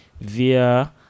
via